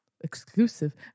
exclusive